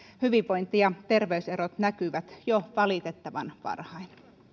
hyvinvointi ja terveyserot näkyvät jo valitettavan varhain